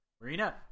Marina